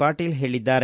ಪಾಟೀಲ್ ಹೇಳಿದ್ದಾರೆ